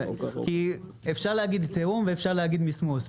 כי אפשר להגיד תיאום, ואפשר להגיד מסמוס.